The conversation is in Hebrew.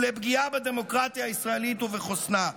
ולפגיעה בדמוקרטיה הישראלית ובחוסנה".